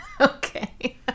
Okay